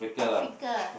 Africa